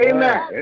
Amen